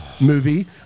movie